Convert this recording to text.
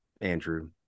Andrew